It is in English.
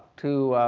to,